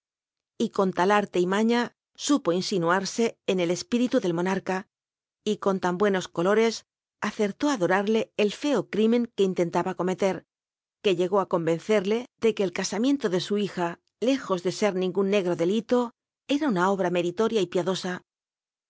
y con lal arle y maña supo insinuarse en el r piriln del monar a y con lan buenos toloc accrló á doarlc el feo crimen e ue inlcnlaba comclcr que lh i it ton nccrle tic r ue rl ca ami nlo de su hija irjos de ji ningun neg ro delito era una obra meritoria y piadosa